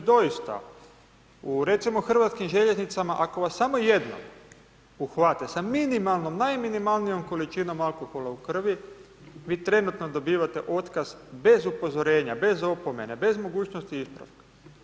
Doista, u recimo Hrvatskim željeznicama ako vas samo jednom uhvate sa minimalnom, najminimalnijom količinom alkohola u krvi, vi trenutno dobivate otkaz bez upozorenja, bez opomene, bez mogućnosti ispravka.